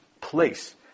place